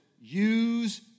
use